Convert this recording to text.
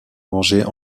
venger